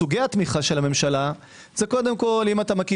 סוגי התמיכה של הממשלה זה קודם כל אם אתה מקים